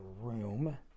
room